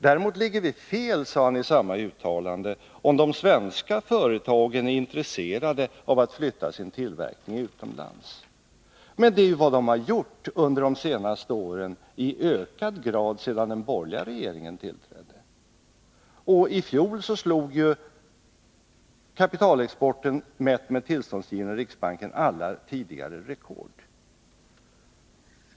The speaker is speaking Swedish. Däremot ligger vi fel, sade han i samma uttalande, om de svenska företagen är intresserade av att flytta sin tillverkning utomlands. Men det är ju vad de har gjort under de senaste åren — i ökad grad sedan den borgerliga regeringen tillträdde. Och i fjol slog kapitalexporten, mätt efter tillståndsgivningen i riksbanken, alla tidigare rekord.